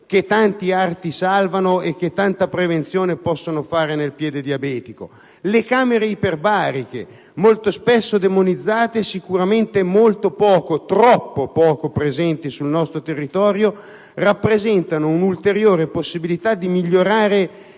che tanti arti salvano e che tanta prevenzione possono favorire nel caso di piede diabetico. Le camere iperbariche, molto spesso demonizzate, ma sicuramente troppo poco presenti sul nostro territorio, rappresentano un'ulteriore possibilità di migliorare